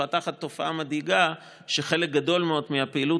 מתפתחת תופעה מדאיגה שחלק גדול מאוד מהפעילות,